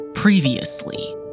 Previously